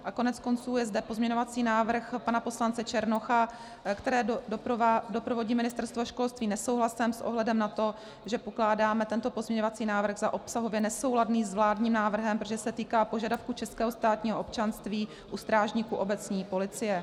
A koneckonců je zde pozměňovací návrh pana poslance Černocha, který doprovodí Ministerstvo školství nesouhlasem s ohledem na to, že pokládáme tento pozměňovací návrh za obsahově nesouladný s vládním návrhem, protože se týká požadavku českého státního občanství u strážníků obecní policie.